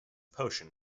potion